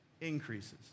increases